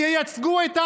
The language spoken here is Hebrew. שייצגו את העם?